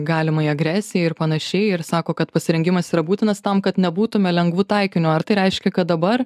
galimai agresijai ir panašiai ir sako kad pasirengimas yra būtinas tam kad nebūtume lengvu taikiniu ar tai reiškia kad dabar